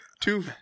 Two